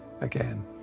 again